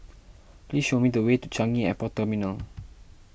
please show me the way to Changi Airport Terminal